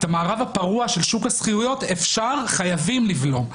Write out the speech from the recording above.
את המערב הפרוע של שוק השכירות אפשר וחייבים לבלום.